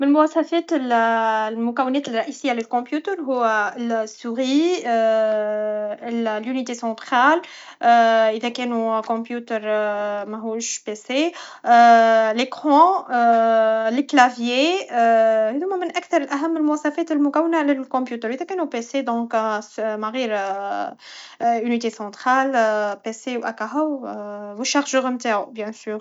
من مواصفات ال المكونات الرئيسية للكمبيوتر هو السوغي لينيتي سونطخال اذا كانو كمبيوتر مهوش بيسيه لكخون لكلافييه هاذو هما من اكثر اهم المواضفات المكونة للكمبيوتراذا كانو بيسيه دونك مغير لينيتي سونطخال بيسي و هكا هو و الشاعجوع نتاعو بيان سور